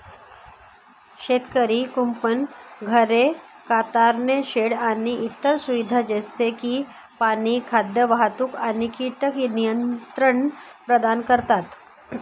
शेतकरी कुंपण, घरे, कातरणे शेड आणि इतर सुविधा जसे की पाणी, खाद्य, वाहतूक आणि कीटक नियंत्रण प्रदान करतात